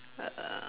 uh